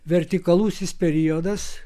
vertikalusis periodas